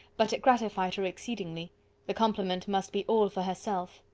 but it gratified her exceedingly the compliment must be all for herself.